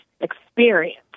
experience